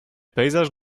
pejzaż